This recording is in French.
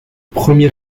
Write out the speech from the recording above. premier